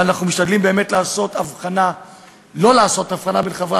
ואנחנו משתדלים באמת לא לעשות הבחנה בין חברי